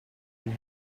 and